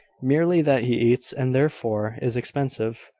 merely that he eats, and therefore is expensive.